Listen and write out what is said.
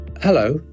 Hello